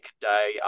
day